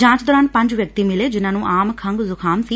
ਜਾਂਚ ਦੌਰਾਨ ਪੰਜ ਵਿਅਕਤੀ ਮਿਲੇ ਜਿਨਾਂ ਨੂੰ ਆਮ ਖੰਘ ਜੁਕਾਮ ਸੀ